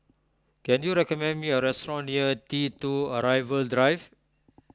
can you recommend me a restaurant near T two Arrival Drive